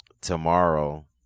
tomorrow